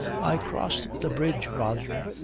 i crossed the bridge, roger,